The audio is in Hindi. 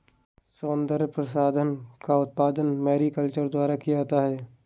सौन्दर्य प्रसाधन का उत्पादन मैरीकल्चर द्वारा किया जाता है